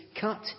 cut